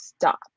stop